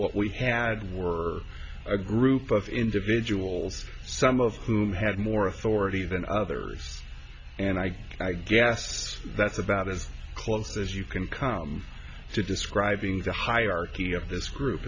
what we had were a group of individuals some of whom had more authority than others and i i guess that's about as close as you can come to describing the hierarchy of this group